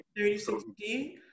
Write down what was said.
36D